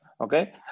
Okay